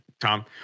Tom